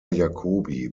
jacobi